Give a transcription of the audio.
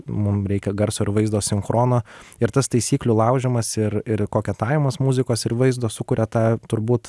mum reikia garso ir vaizdo sinchrono ir tas taisyklių laužymas ir ir koketavimas muzikos ir vaizdo sukuria tą turbūt